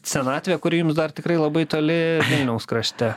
senatvė kuri jums dar tikrai labai toli vilniaus krašte